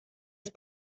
ist